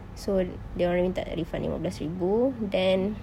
so dia orang minta refund lima belas ribu then